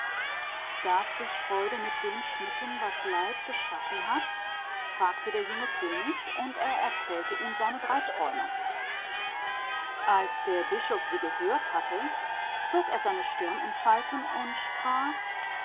soll die freude tragen was der gram geschaffen hat sagte der junge könig und er erzählte ihm seine drei träume und als der bischof sie gehört hatte zog er die stirn in falten und sprach